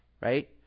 Right